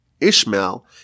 Ishmael